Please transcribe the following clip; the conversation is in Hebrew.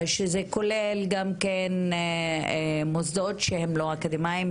זה כולל גם מוסדות שהם לא אקדמיים,